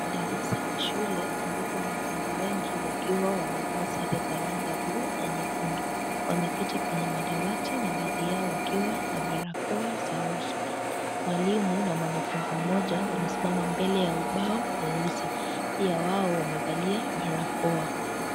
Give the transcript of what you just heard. Darasa la shule ambapo wanafunzi wengi wakiwa wamevaa sare za rangi ya bluu na nyekundu. Wameketi kwenye madawati na baadhi yao wakiwa na barakoa za uso. Mwalimu na mwanafunzi mmoja wamesimama mbele ya ubao mweusi pia wao wamevalia barakoa.